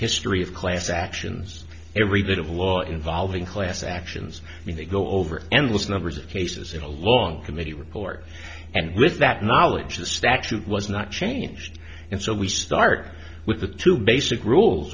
history of class actions every bit of law involving class actions and they go over endless numbers of cases in a long committee report and with that knowledge the statute was not changed and so we start with the two basic rules